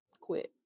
quit